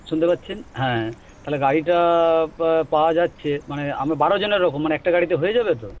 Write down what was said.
শুনতে পাচ্ছেন হ্যাঁ তাহলে গাড়িটা পাওয়া যাচ্ছে মানে আমরা বারোজন এরকম মানে একটা গাড়িতে হয়ে যাবে তো